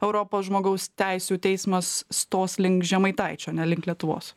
europos žmogaus teisių teismas stos link žemaitaičio nelink lietuvos